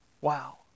Wow